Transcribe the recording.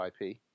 IP